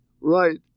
right